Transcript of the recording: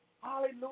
Hallelujah